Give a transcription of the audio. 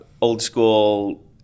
old-school